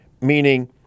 meaning